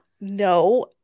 No